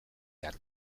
behar